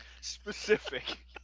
specific